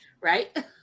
Right